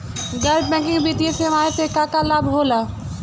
गैर बैंकिंग वित्तीय सेवाएं से का का लाभ होला?